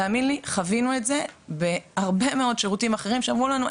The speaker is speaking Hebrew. תאמין לי חווינו את זה בהרבה מאוד שירותים אחרים שאמרו לנו,